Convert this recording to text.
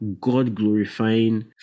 God-glorifying